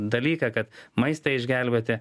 dalyką kad maistą išgelbėti